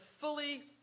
fully